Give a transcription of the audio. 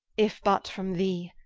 if but from thee.